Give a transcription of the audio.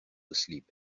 asleep